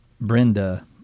Brenda